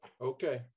Okay